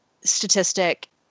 statistic